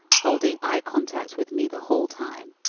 holding eyecontact with me the whole time